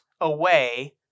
away